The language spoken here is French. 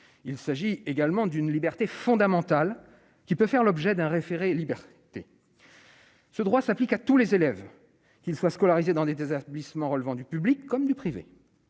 il s'agit également d'une liberté fondamentale qui peut faire l'objet d'un référé liberté ce droit s'applique à tous les élèves, qu'ils soient scolarisés dans des des affaiblissements relevant du public comme du privé.